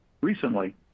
Recently